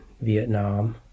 Vietnam